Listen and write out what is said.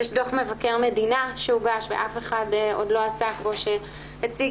יש דו"ח מבקר המדינה שהוגש ואף אחד עוד לא עסק בו שהציג